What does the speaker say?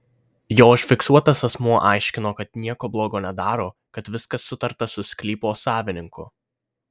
jo užfiksuotas asmuo aiškino kad nieko blogo nedaro kad viskas sutarta su sklypo savininku